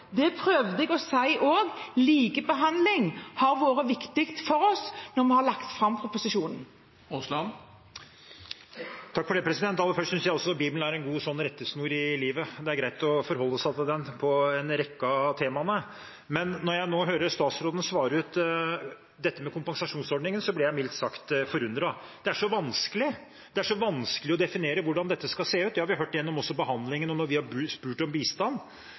det på som er mest mulig rettferdig. Det prøvde jeg også å si. Likebehandling var viktig for oss da vi la fram proposisjonen. Aller først: Jeg synes også Bibelen er en god rettesnor i livet. Det er greit å forholde seg til den på en rekke av temaene. Men når jeg nå hører statsråden svare ut det med kompensasjonsordning, blir jeg mildt sagt forundret: Det er så vanskelig – det er så vanskelig å definere hvordan dette skal se ut. Det har vi også hørt gjennom behandlingen og når vi har spurt om bistand.